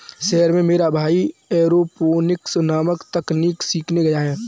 शहर में मेरा भाई एरोपोनिक्स नामक तकनीक सीखने गया है